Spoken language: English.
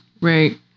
right